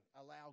allow